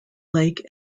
lake